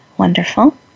wonderful